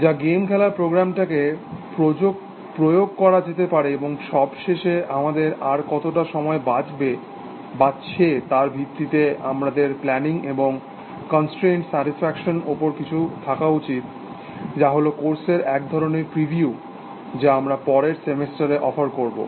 যা গেম খেলার প্রোগ্রামটাতে প্রয়োগ করা যেতে পারে এবং সবশেষে আমাদের আর কতটা সময় বাঁচছে তার ভিত্তিতে আমাদের প্ল্যানিং এবং কনস্ট্রেন্ট স্যাটিসফেকশনের ওপর কিছু থাকা উচিত যা হল কোর্সের এক ধরণের প্রিভিউ যা আমরা পরের সেমিস্টারে অফার করব